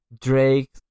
Drake